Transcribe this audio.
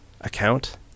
account